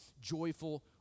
joyful